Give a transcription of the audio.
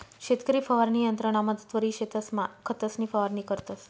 शेतकरी फवारणी यंत्रना मदतवरी शेतसमा खतंसनी फवारणी करतंस